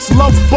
love